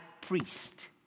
priest